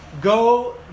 Go